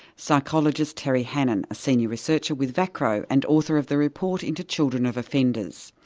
psychologist terry hannon, a senior researcher with vacro, and author of the report into children of offenders.